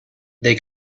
they